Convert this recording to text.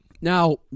Now